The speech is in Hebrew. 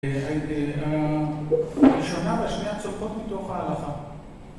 הראשונה והשניה הצופות מתוך ההלכה